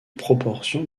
proportions